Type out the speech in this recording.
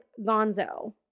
gonzo